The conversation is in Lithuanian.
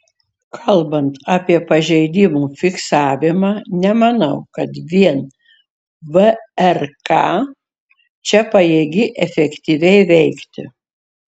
kalbant apie pažeidimų fiksavimą nemanau kad vien vrk čia pajėgi efektyviai veikti